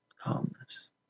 calmness